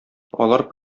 алар